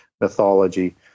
mythology